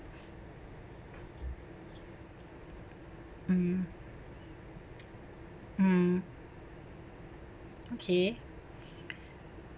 mm mm okay